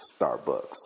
Starbucks